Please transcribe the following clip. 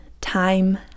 time